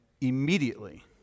immediately